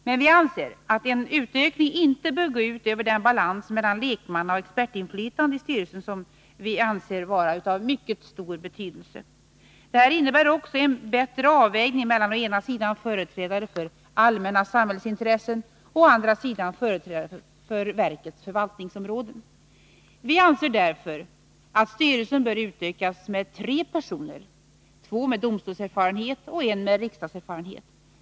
Men vi anser att en utökning inte bör gå ut över den balans mellan lekmannaoch expertinflytande i styrelsen som vi anser vara av mycket stor betydelse. Detta innebär också en bättre avvägning mellan å ena sidan företrädare för allmänna samhällsintressen och å andra sidan företrädare för verkets förvaltningsområde. Vi anser därför att styrelsen bör utökas med tre personer, två med domstolserfarenhet och en med riksdagserfarenhet.